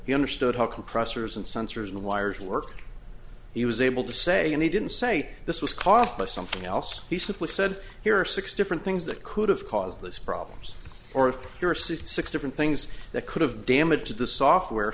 he understood how compressors and sensors in the wires work he was able to say and he didn't say this was caused by something else he simply said here are six different things that could have caused this problems or six different things that could have damaged the software